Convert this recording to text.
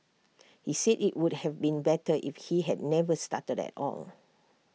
he said IT would have been better if he had never started at all